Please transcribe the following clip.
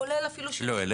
כולל אפילו --- לא,